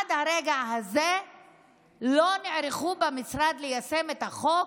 עד הרגע הזה לא נערכו במשרד ליישם את החוק,